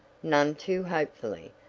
none too hopefully.